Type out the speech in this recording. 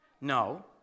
No